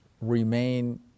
remain